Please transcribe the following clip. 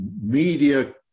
media